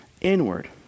inward